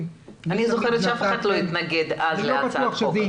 --- אני זוכרת שאף אחד לא התנגד אז להצעת החוק.